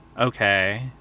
Okay